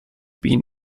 been